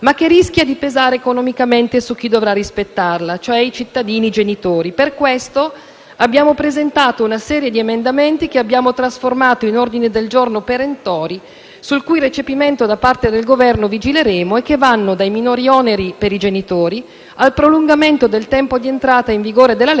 che rischia di pesare economicamente su chi dovrà rispettarla, cioè i cittadini genitori. Per questo abbiamo presentato una serie di emendamenti, che abbiamo trasformato in ordini del giorno perentori, sul cui recepimento da parte del Governo vigileremo, e che vanno dai minori oneri per i genitori al prolungamento del tempo di entrata in vigore della legge